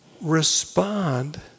Respond